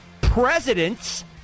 presidents